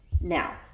Now